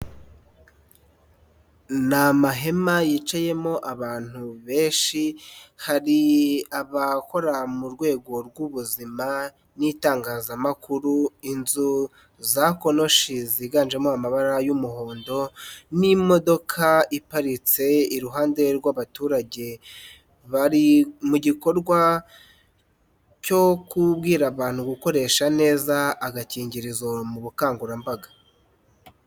Ni amahema yicayemo abantu benshi, hari abakora mu rwego rw'ubuzima n'itangazamakuru. Inzu za konoshi ziganjemo amabara y'umuhondo n'imodoka iparitse, iruhande rw'abaturage. Bari mu gikorwa cyo kubwira abantu gukoresha neza agakingirizo mu bukangurambaga.